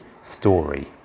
story